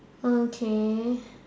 okay